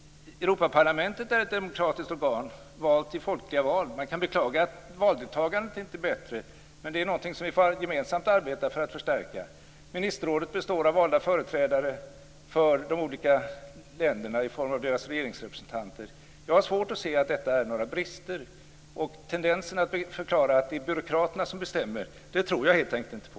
Europaparlamentet är ett demokratiskt organ, valt i folkliga val. Man kan beklaga att valdeltagandet inte är bättre, men det är någonting som vi gemensamt får arbeta för att förstärka. Ministerrådet består av valda företrädare för de olika länderna i form av deras regeringsrepresentanter. Jag har svårt att se att detta är några brister. Tendensen att man förklarar att det är byråkraterna som bestämmer tror jag helt enkelt inte på.